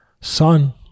Son